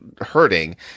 hurting